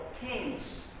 kings